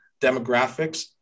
demographics